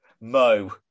Mo